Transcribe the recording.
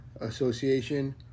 association